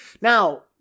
Now